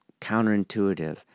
counterintuitive